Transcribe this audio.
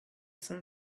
sun